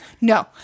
No